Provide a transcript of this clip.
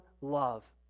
love